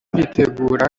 kwitegura